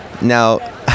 Now